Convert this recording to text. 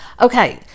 okay